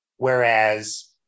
Whereas